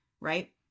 right